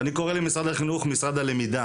אני קורא למשרד החינוך משרד הלמידה,